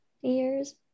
years